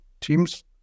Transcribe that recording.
teams